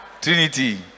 Trinity